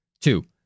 Two